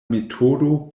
metodo